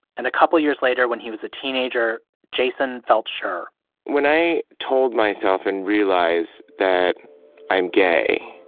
and a couple years later when he was a teenager, jason felt sure when i told myself and realized that i'm gay,